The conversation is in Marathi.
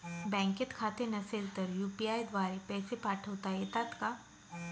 बँकेत खाते नसेल तर यू.पी.आय द्वारे पैसे पाठवता येतात का?